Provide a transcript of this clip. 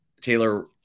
Taylor